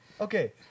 Okay